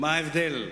מה ההבדל?